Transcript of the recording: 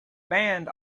band